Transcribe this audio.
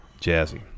Jazzy